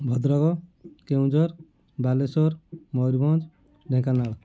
Bhadrak Keonjhar Balasore Mayurbhanj Dhenkanal